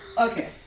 Okay